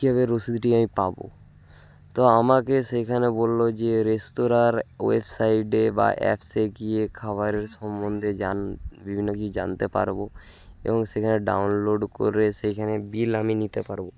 কীভাবে রশিদটি আমি পাবো তো আমাকে সেইখানে বললো যে রেস্তোরাঁর ওয়েবসাইটে বা অ্যাপসে গিয়ে খাবারের সম্বন্ধে জান বিভিন্ন কিছু জানতে পারবো এবং সেখানে ডাউনলোড করে সেইখানে বিল আমি নিতে পারবো